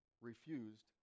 refused